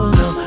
no